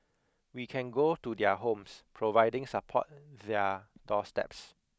we can go to their homes providing support their doorsteps